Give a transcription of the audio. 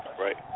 right